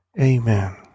Amen